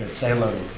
say hello